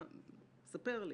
ספר לי.